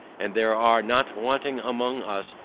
and there are not wanting among us,